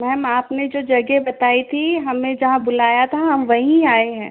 ma'am आपने जो जगह बताई थी हमें जहाँ बुलाया था हम वहीं आए हैं